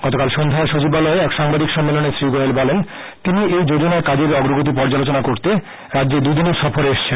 গতকাল সন্ধ্যায় সচিবালয়ে এক সাংবাদিক সম্মেলনে শ্রী গোয়েল বলেন তিনি এই যোজনায় কাজের অগ্রগতি পর্যালোচনা করতে রাজ্যে দুইদিনের সফরে এসেছেন